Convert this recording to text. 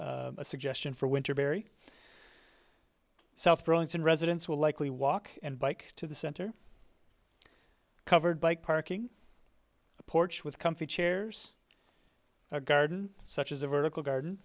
with a suggestion for winter berry south burlington residents will likely walk and bike to the center covered by parking a porch with comfy chairs a garden such as a vertical garden